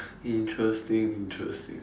interesting interesting